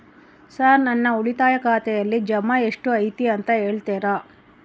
Sir ನನ್ನ ಉಳಿತಾಯ ಖಾತೆಯಲ್ಲಿ ಜಮಾ ಎಷ್ಟು ಐತಿ ಅಂತ ಹೇಳ್ತೇರಾ?